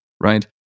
right